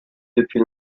depuis